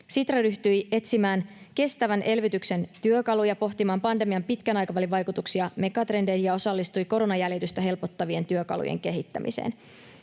Sitra ryhtyi etsimään kestävän elvytyksen työkaluja, pohtimaan pandemian pitkän aikavälin vaikutuksia megatrendeihin ja osallistui koronan jäljitystä helpottavien työkalujen kehittämiseen.